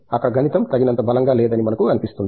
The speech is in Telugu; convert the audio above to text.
అక్కడ గణితం తగినంత బలంగా లేదని మనకు అనిపిస్తుంది